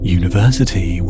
university